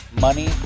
money